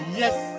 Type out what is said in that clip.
yes